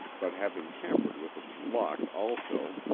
but having tampered with its lock also,